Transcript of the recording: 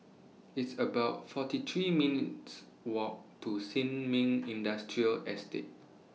It's about forty three minutes' Walk to Sin Ming Industrial Estate